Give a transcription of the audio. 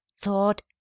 thought